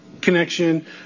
connection